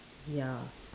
ya